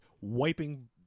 wiping